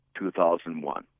2001